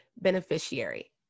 beneficiary